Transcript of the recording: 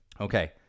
Okay